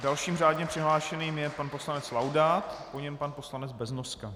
Dalším řádně přihlášeným je pan poslanec Laudát, po něm pan poslanec Beznoska.